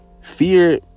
fear